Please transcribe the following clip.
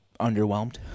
underwhelmed